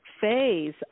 phase